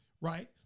right